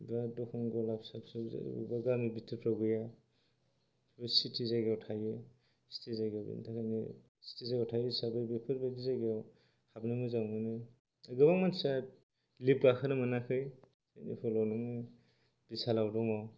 दा दखान गला फिसा फिसा जेरै बबेबा गामि बिथोरफ्राव गैया बे सिटि जायगायाव थायो सिटि जायगायाव बेनि थाखायनो सिटि जायगायाव थायो हिसाबै बेफोरबादि जायगायाव हाबनो मोजां मोनो गोबां मानसिया लिफ्ट गाखोनो मोनाखै जेखुनु नों बिशालाव दङ